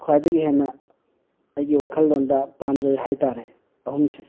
ꯈ꯭ꯋꯥꯏꯗꯒꯤ ꯍꯦꯟꯅ ꯑꯩꯒꯤ ꯋꯥꯈꯜꯂꯣꯟꯗ ꯄꯥꯝꯖꯔꯦ ꯍꯥꯏꯇꯥꯔꯦ ꯑꯍꯨꯝꯁꯦ